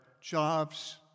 jobs